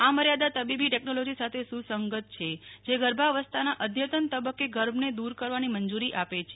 આ મર્યાદા તબીબી ટેકનોલોજી સાથે સુસંગત છે જે ગર્ભાવસ્થાના અઘતન તબક્કે ગર્ભને દૂર કરવાની મંજૂરી આપે છે